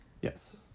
Yes